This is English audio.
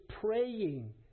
praying